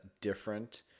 different